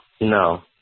No